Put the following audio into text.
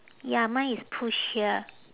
ya mine is push here